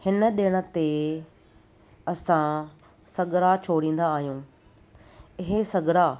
हिन ॾिण ते असां सॻड़ा छोड़ींदा आहियूं इहे सॻड़ा